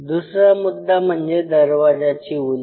दुसरा मुद्दा म्हणजे दरवाज्याची उंची